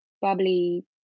bubbly